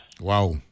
Wow